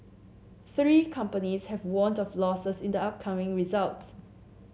three companies have warned of losses in the upcoming results